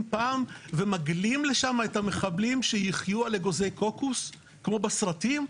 פעם ומגלים לשם את המחבלים שיחיו על אגוזי קוקוס כמו בסרטים?